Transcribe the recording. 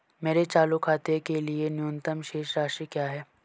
मेरे चालू खाते के लिए न्यूनतम शेष राशि क्या है?